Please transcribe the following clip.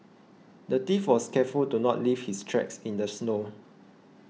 the thief was careful to not leave his tracks in the snow